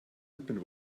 widmen